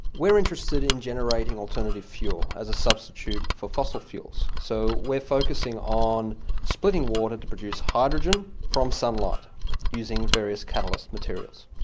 we're interested in generating alternative fuel as a substitute for fossil fuels. so we're focusing on splitting water to produce hydrogen from sunlight using various catalyst materials.